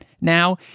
now